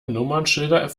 nummernschilder